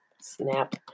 snap